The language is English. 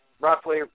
Roughly